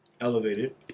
Elevated